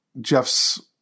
Jeff's